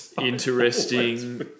interesting